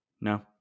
No